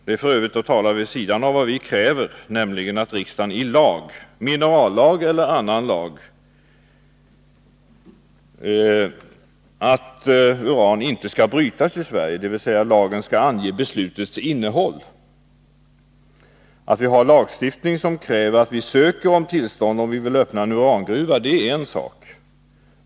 Det är f. ö. att argumentera vid sidan av vad vi kräver, nämligen att riksdagen i lag — minerallag eller annan lag — slår fast att uran inte skall brytas i Sverige. Vi kräver alltså att lagen skall ange beslutets innehåll. Att vi har lagstiftning som kräver att man ansöker om tillstånd om man vill öppna en urangruva är en sak.